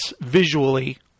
visually